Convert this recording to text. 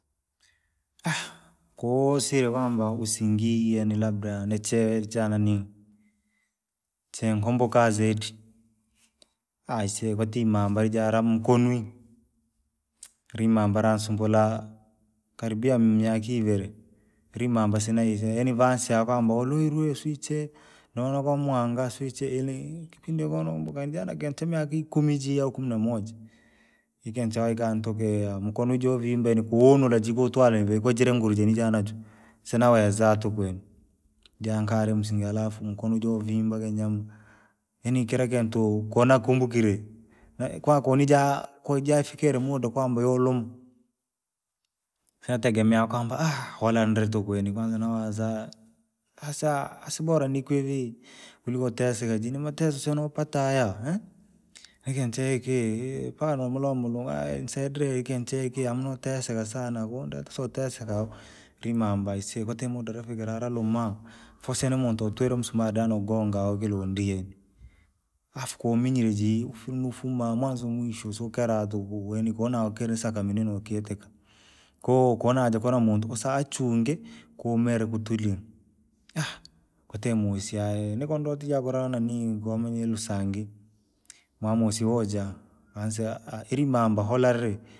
koosire kwamba usingii yani labda niche chananii. Cheee nikumbuka zaidi, aisee ratii imamba rijaa hara mkonwi, ni mamba ranisumbulaa, karibia miaka ivere, rimamba sinaa aise yani vanisea kwamba uluriwe sijui chee. Nonaa kwa mwanga sijui chee yani, kipindi nakumbuka jaa na kintu cha mika ikumi jii au kumi na moja, ni kintu chanitokea mukonijosire mbenyu kuunula vii jitwala ka jire nguri jejii yaa najo. Sinaweza tuku yani, jaa nikare musinga alafu mkono jovimbaa, yani kira kintu konaa kumbukire, ne- kwakao nijaa, kojafikire muda kwamba yolumwa. Sinategemea kwamba walandri tuku yani kwanza nowaza! Hasa sibora nikupe vii, kuliko teseka jiri namateso nopata hayaa, ni kintu chee hiki! Faa nomulomba mulungu oyee anisaidire ni kintu chee hiki hamu noteseka sana kunireta sinoteseka. Rimamba isikotee madu rafikiraa rolumaa, faa use ni muntu utwire msumari de nogonga hao ilundwi. Afu comenyire jiii funu fumaa mwanzo mwisho siukiraa tuku yani konaa ukira sakani ninokiteka. Ko- konaaja jakura muntu kusaa achunge, kumera kutulie, kotee musi aye! Ni kondotijaa kula nanii komanyire lusangi, na masii ujaa, anisea iri mambo hulandi.